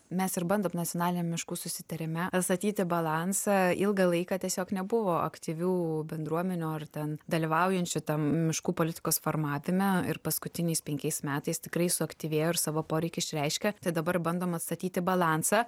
mes ir bandom nacionaliniam miškų susitarime atstatyti balansą ilgą laiką tiesiog nebuvo aktyvių bendruomenių ar ten dalyvaujančių tam miškų politikos formavime ir paskutiniais penkiais metais tikrai suaktyvėjo ir savo poreikį išreiškė tai dabar bandom atstatyti balansą